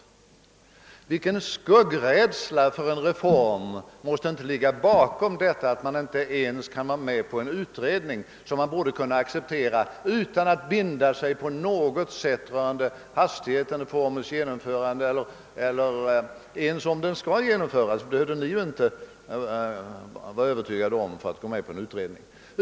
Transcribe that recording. Vilken skuggrädsla för en reform måste det inte ligga bakom detta, när man inte alls vågar vara med på en utredning, som man borde kunna acceptera utan att binda sig på något sätt rörande hastigheten av reformens genomförande eller ens om den skall genomföras — det behöver ni ju inte vara övertygade om för att gå med på en utredning.